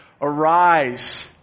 arise